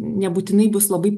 nebūtinai bus labai